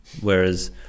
whereas